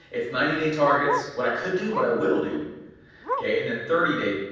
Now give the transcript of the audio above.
it's ninety day targets, what i could do, what i will do okay and then thirty day,